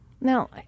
Now